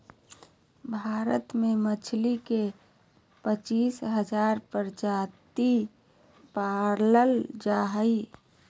भारत में मछली के पच्चीस हजार प्रजाति पाल जा हइ